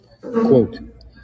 Quote